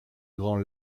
grand